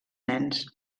nens